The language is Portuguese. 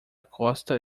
costa